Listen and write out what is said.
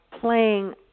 playing